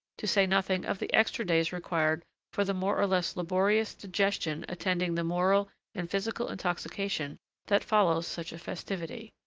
to say nothing of the extra days required for the more or less laborious digestion attending the moral and physical intoxication that follows such a festivity